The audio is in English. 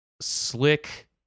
slick